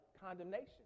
condemnation